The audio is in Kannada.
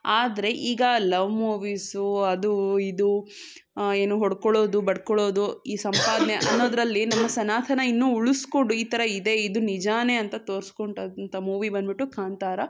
ಆದರೆ ಈಗ ಲವ್ ಮೂವೀಸು ಅದು ಇದು ಏನು ಹೊಡ್ಕೊಳ್ಳೋದು ಬಡ್ಕೊಳ್ಳೋದು ಈ ಸಂಪಾದನೆ ಅನ್ನೋದ್ರಲ್ಲಿ ನಮ್ಮ ಸನಾತನ ಇನ್ನೂ ಉಳುಸ್ಕೊಂಡ್ ಈ ಥರ ಇದೆ ಇದು ನಿಜಾನೇ ಅಂತ ತೋರ್ಸ್ಕೊಟಂತ ಮೂವಿ ಬಂದ್ಬಿಟ್ಟು ಕಾಂತಾರ